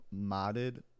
modded